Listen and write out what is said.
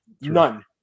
None